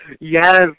yes